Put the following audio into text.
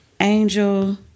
Angel